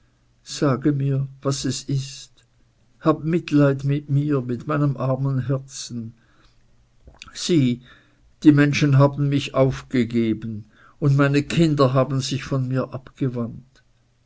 sage mir was ist es habe mitleid mit mir mit meinem armen herzen sieh die menschen haben mich aufgegeben und meine kinder haben sich von mir abgewandt